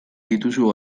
dituzu